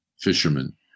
fisherman